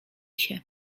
się